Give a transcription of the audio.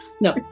No